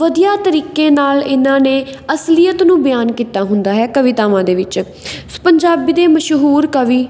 ਵਧੀਆ ਤਰੀਕੇ ਨਾਲ ਇਹਨਾਂ ਨੇ ਅਸਲੀਅਤ ਨੂੰ ਬਿਆਨ ਕੀਤਾ ਹੁੰਦਾ ਹੈ ਕਵਿਤਾਵਾਂ ਦੇ ਵਿੱਚ ਪੰਜਾਬੀ ਦੇ ਮਸ਼ਹੂਰ ਕਵੀ